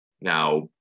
Now